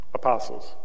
Apostles